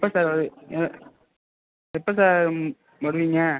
எப்போ சார் வருவீங்க எப்போ சார் வருவீங்க